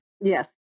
yes